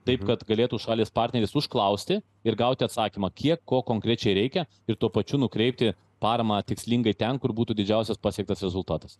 taip kad galėtų šalys partneris užklausti ir gauti atsakymą kiek ko konkrečiai reikia ir tuo pačiu nukreipti paramą tikslingai ten kur būtų didžiausias pasiektas rezultatas